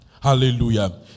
Hallelujah